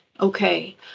Okay